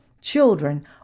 Children